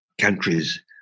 countries